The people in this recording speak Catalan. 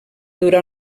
durar